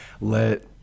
let